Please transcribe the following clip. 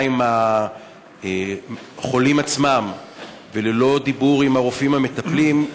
עם החולים עצמם וללא דיבור עם הרופאים המטפלים,